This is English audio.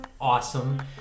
awesome